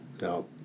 no